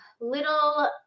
little